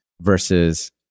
versus